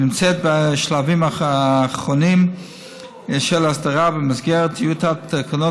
ונמצאת בשלבים אחרונים של הסדרה במסגרת טיוטת תקנות